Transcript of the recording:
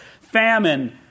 Famine